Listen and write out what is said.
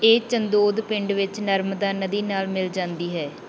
ਇਹ ਚੰਦੋਦ ਪਿੰਡ ਵਿੱਚ ਨਰਮਦਾ ਨਦੀ ਨਾਲ ਮਿਲ ਜਾਂਦੀ ਹੈ